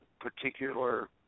particular